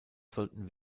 sollten